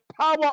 power